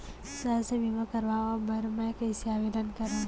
स्वास्थ्य बीमा करवाय बर मैं कइसे आवेदन करव?